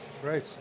Great